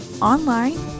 online